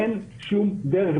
אין שום דרך.